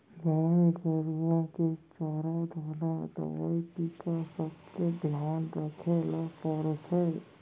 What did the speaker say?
गाय गरूवा के चारा दाना, दवई, टीका सबके धियान रखे ल परथे